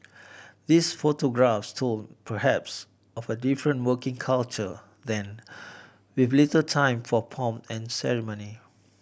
these photographs told perhaps of a different working culture then with little time for pomp and ceremony